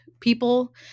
people